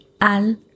Al